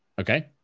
Okay